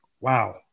Wow